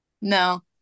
No